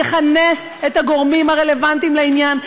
תכנס את הגורמים הרלוונטיים לעניין.